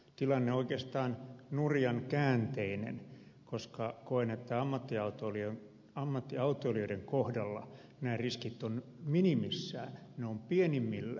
tilanne on oikeastaan nurjan käänteinen koska koen että ammattiautoilijoiden kohdalla nämä riskit ovat minimissään ne ovat pienimmillään